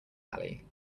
alley